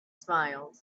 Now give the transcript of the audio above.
smiled